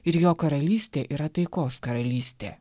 ir jo karalystė yra taikos karalystė